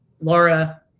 Laura